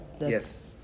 Yes